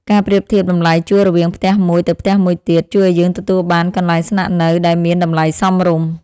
ការប្រៀបធៀបតម្លៃជួលរវាងផ្ទះមួយទៅផ្ទះមួយទៀត ជួយឱ្យយើងទទួលបានកន្លែងស្នាក់នៅដែលមានតម្លៃសមរម្យ។